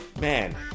Man